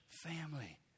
family